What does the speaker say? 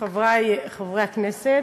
תודה, חברי חברי הכנסת,